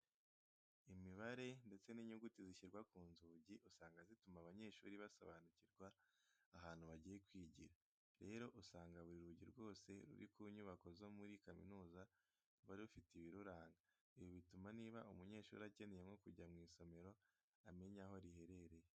Imibare ndetse n'inyuguti zishyirwa ku nzugi usanga zituma abanyeshuri basobanukirwa ahantu bagiye kwigira. Rero usanga buri rugi rwose ruri ku nyubako zo muri kaminuza ruba rufite ibiruranga. Ibi bituma niba umunyeshuri akeneye nko kujya mu isomero amenya aho riherereye.